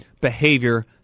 behavior